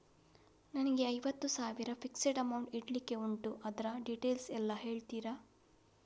ನನಗೆ ಐವತ್ತು ಸಾವಿರ ಫಿಕ್ಸೆಡ್ ಅಮೌಂಟ್ ಇಡ್ಲಿಕ್ಕೆ ಉಂಟು ಅದ್ರ ಡೀಟೇಲ್ಸ್ ಎಲ್ಲಾ ಹೇಳ್ತೀರಾ?